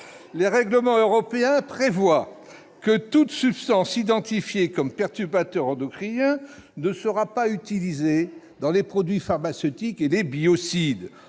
Les règlements européens prévoient que toute substance identifiée comme perturbateur endocrinien sera interdite dans la composition des produits phytopharmaceutiques et des biocides.